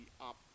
up